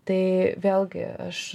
tai vėlgi aš